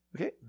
Okay